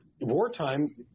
wartime